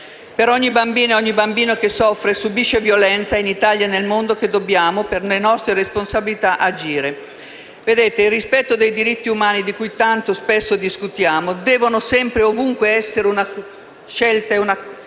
per ogni bambina e bambino che soffre e subisce violenza, in Italia e nel mondo, che dobbiamo, per le nostre responsabilità, agire. Vedete, il rispetto dei diritti umani di cui tanto spesso discutiamo deve sempre e ovunque essere una scelta e una